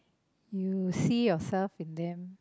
you see yourself in them